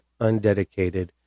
undedicated